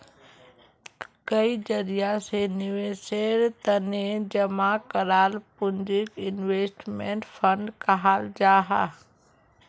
कई जरिया से निवेशेर तने जमा कराल पूंजीक इन्वेस्टमेंट फण्ड कहाल जाहां